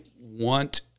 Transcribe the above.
want